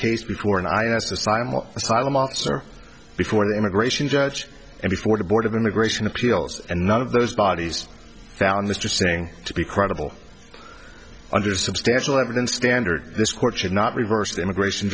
case before and i asked asylum well before the immigration judge and before the board of immigration appeals and none of those bodies found mr singh to be credible under substantial evidence standard this court should not reverse the immigration